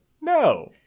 No